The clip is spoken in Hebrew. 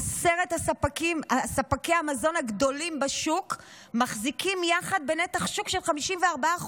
עשרת ספקי המזון הגדולים בשוק מחזיקים יחד בנתח שוק של 54%,